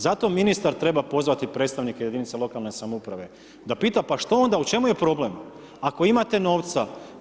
Zato ministar treba pozvati predstavnike jedinica lokalne samouprave, da pita što onda, u čemu je problem, ako imate novca.